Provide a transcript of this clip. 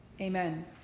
Amen